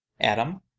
Adam